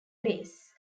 bass